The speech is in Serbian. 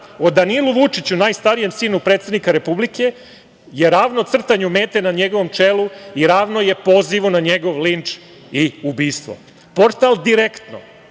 o Danilu Vučiću, najstarijem sinu predsednika Republike, je ravno crtanju mete na njegovom čelu i ravno je pozivu na njegov linč i ubistvo. Portal Direktno